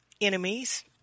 enemies